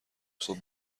صبح